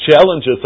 challenges